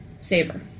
Saver